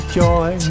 joy